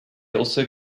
also